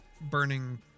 burning